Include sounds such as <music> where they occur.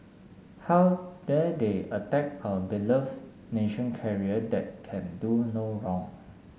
how <unintelligible> attack our beloved nation carrier that can do no wrong